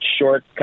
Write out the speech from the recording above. short